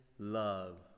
Love